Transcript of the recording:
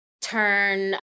turn